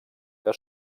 que